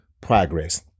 progress